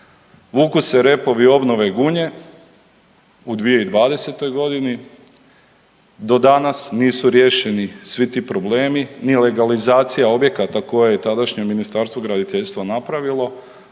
Vuku se repovi obnove Gunje, u 2020. godini do danas nisu riješeni svi ti problemi, ni legalizacija objekata koje je tadašnje Ministarstvo graditeljstva napravilo,